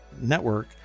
network